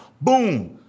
boom